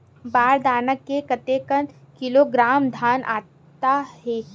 बार दाना में कतेक किलोग्राम धान आता हे?